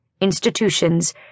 Institutions